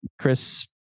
Chris